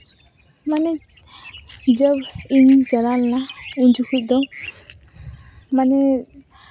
ᱢᱟᱱᱮ ᱡᱟᱣ ᱤᱧ ᱪᱟᱞᱟᱣ ᱞᱮᱱᱟ ᱩᱱ ᱡᱚᱠᱷᱚᱱ ᱫᱚ ᱢᱟᱱᱮ